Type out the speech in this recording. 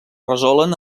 resolen